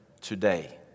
today